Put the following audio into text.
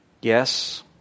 Yes